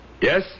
Yes